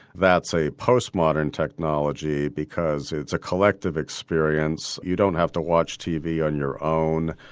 that's a postmodern technology, because it's a collective experience you don't have to watch tv on your own.